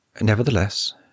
Nevertheless